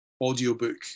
audiobook